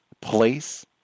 place